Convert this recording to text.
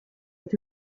est